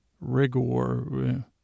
rigor